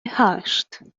هشت